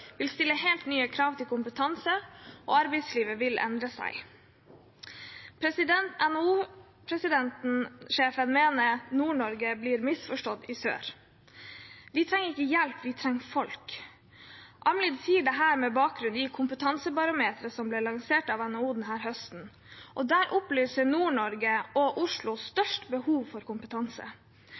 vil stille helt nye krav til kompetanse, og arbeidslivet vil endre seg. NHO-sjefen mener at Nord-Norge blir misforstått i sør. Vi trenger ikke hjelp, vi trenger folk. Almlid sier dette med bakgrunn i kompetansebarometeret som ble lansert av NHO denne høsten. Der opplyser Nord-Norge og Oslo om størst behov for kompetanse.